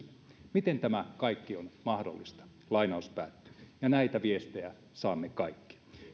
miten tämä kaikki on mahdollista ja näitä viestejä saamme kaikki